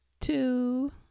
Two